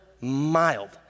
mild